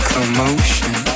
Commotion